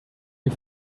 you